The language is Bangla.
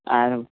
আর